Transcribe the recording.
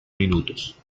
minutos